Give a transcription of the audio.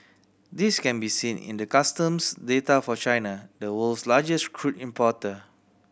this can be seen in the customs data for China the world's largest crude importer